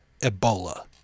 Ebola